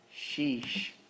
Sheesh